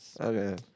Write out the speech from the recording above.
Okay